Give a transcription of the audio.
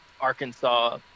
Arkansas